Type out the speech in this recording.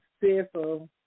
fearful